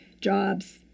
jobs